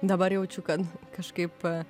dabar jaučiu kad kažkaip